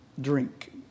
drink